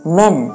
men